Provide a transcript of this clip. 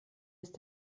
ist